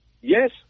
Yes